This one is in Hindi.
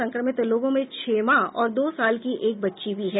संक्रमित लोगों में छह माह और दो साल की एक बच्ची भी है